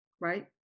right